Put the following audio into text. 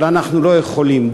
אבל אנחנו לא יכולים,